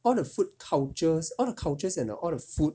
all the food cultures all the cultures and the all the food